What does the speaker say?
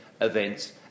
events